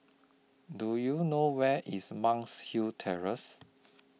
Do YOU know Where IS Monk's Hill Terrace